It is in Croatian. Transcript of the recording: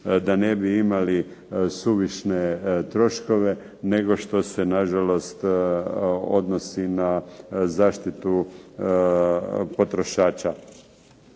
da ne bi imali suvišne troškove nego što se na žalost odnosi na zaštitu potrošača.